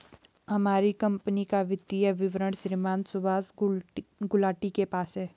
हमारी कम्पनी का वित्तीय विवरण श्रीमान सुभाष गुलाटी के पास है